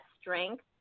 strength